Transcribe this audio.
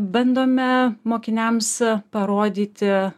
bandome mokiniams parodyti